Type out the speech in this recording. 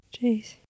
Jeez